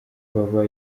baba